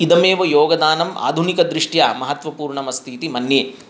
इदमेव योगदानं आधुनिकदृष्ट्या महत्त्वपूर्णमस्ति इति मन्ये